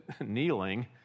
kneeling